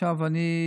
עכשיו אני,